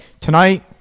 tonight